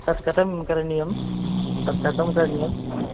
तत् कथं करणीयं तत् कथं करणीयं